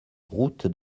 route